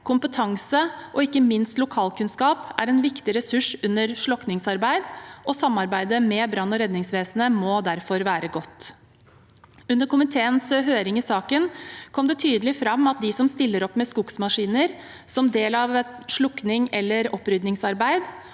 kompetanse og ikke minst lokalkunnskap er en viktig ressurs under slokkingsarbeid. Samarbeidet med brannog redningsvesenet må derfor være godt. Under komiteens høring i saken kom det tydelig fram at de som stiller opp med skogsmaskiner som del av slokkings- eller oppryddingsarbeid